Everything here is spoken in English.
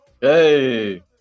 hey